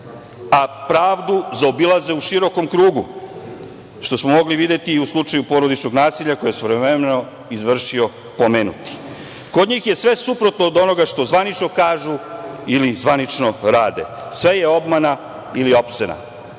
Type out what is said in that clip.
a pravdu zaobilaze u širokom krugu, što smo mogli videti i u slučaju porodičnog nasilja koje je svojevremeno izvršio pomenuti. Kod njih je sve suprotno od onoga što zvanično kažu ili zvanično rade. Sve je obmana ili